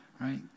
right